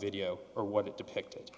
video or what it depicted